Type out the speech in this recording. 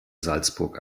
salzburg